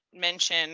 mention